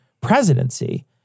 presidency